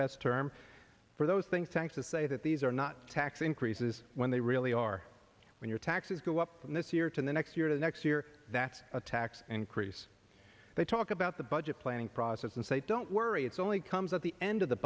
best term for those things thanks to say that these are not tax increases when they really are when your taxes go up in this year to the next year to next year that's a tax increase they talk about the budget planning process and say don't worry it's only comes at the end of the